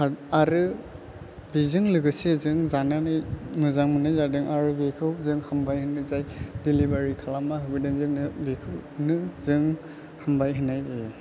आरो बिजों लोगोसे जों जानानै मोजां मोननाय जादों आरो बेखौ हामबाय होननाय जाय डेलिबारि खालामना होफैदों जोंनो बेखौनो जों हामबाय होननाय जायो